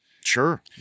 Sure